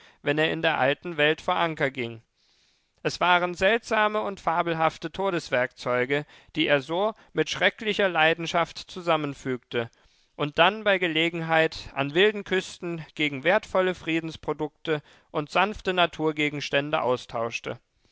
wenn er in der alten welt vor anker ging es waren seltsame und fabelhafte todeswerkzeuge die er so mit schrecklicher leidenschaft zusammenfügte und dann bei gelegenheit an wilden küsten gegen wertvolle friedensprodukte und sanfte naturgegenstände austauschte